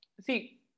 See